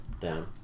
down